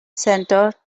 center